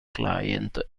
client